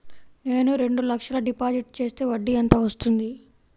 నేను రెండు లక్షల డిపాజిట్ చేస్తే వడ్డీ ఎంత వస్తుంది?